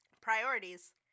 priorities